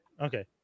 Okay